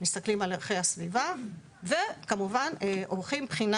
מסתכלים על ערכי הסביבה וכמובן עורכים בחינה